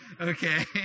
Okay